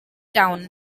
town